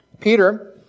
Peter